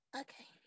Okay